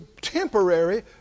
temporary